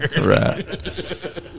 Right